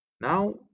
Now